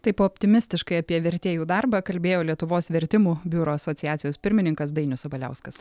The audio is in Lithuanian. taip optimistiškai apie vertėjų darbą kalbėjo lietuvos vertimų biurų asociacijos pirmininkas dainius sabaliauskas